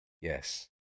Yes